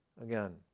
again